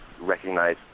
recognize